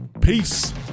Peace